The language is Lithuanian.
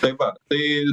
tai va tai